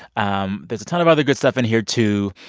um there's a ton of other good stuff in here, too.